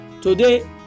Today